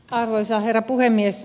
arvoisa herra puhemies